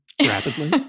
Rapidly